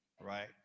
Right